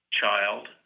child